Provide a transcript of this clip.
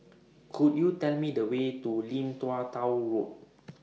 Could YOU Tell Me The Way to Lim Tua Tow Road